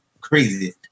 crazy